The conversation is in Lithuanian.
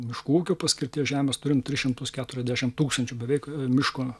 miškų ūkio paskirties žemės turime tris šimtus keturiasdešimt tūkstančių beveik miško